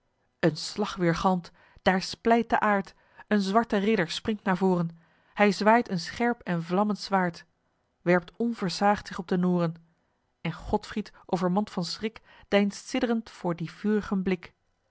een slag weergalmt daar splijt de aard een zwarte ridder springt naar voren hij zwaait een scherp en vlammend zwaard werpt onversaagd zich op de noren en godfried overmand van schrik deinst sidd'rend voor dien vuur'gen blik